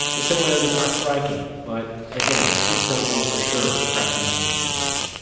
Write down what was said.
the similarities are striking but again we just don't know for sure if rasmussen is connected.